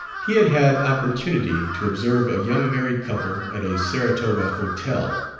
he had had opportunity to observe a young married couple at a saratoga hotel.